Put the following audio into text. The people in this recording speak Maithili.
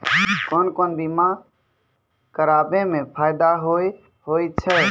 कोन कोन बीमा कराबै मे फायदा होय होय छै?